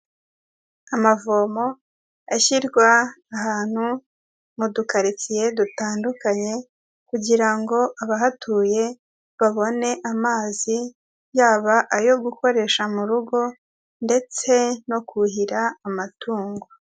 Amavomo ashyirwa ahantu mu dukaritsiye dutandukanye kugira ngo abahatuye babone amazi, yaba ayo gukoresha mu rugo ndetse no kuhira amatungo.